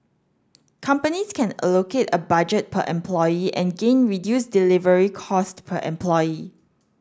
companies can allocate a budget per employee and gain reduced delivery cost per employee